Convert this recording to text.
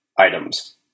items